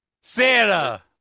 Santa